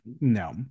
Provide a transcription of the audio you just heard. no